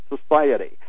Society